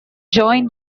join